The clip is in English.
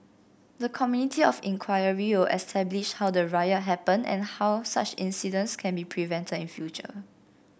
the committee of inquiry will establish how the riot happened and how such incidents can be prevented in future